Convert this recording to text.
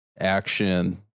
action